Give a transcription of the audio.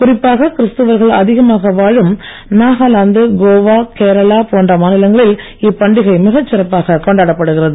குறிப்பாக கிறிஸ்துவர்கள் அதிகமாக வாழும் நாகாலாந்து கோவா கேரளா போன்ற மாநிலங்களில் இப்பண்டிகை மிக சிறப்பாக கொண்டாடப்படுகிறது